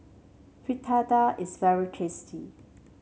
Fritada is very tasty